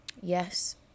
Yes